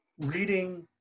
reading